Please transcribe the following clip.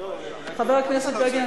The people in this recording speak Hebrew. חבר הכנסת בגין,